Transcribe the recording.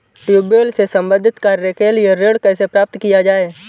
Tubewell से संबंधित कार्य के लिए ऋण कैसे प्राप्त किया जाए?